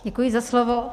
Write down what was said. Děkuji za slovo.